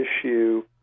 issue